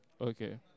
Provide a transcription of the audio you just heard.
Okay